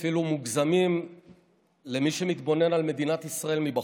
אפילו מוגזמים למי שמתבונן על מדינת ישראל מבחוץ,